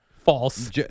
False